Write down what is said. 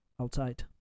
outside